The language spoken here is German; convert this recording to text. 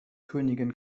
königin